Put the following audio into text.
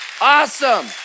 Awesome